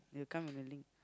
will come in the link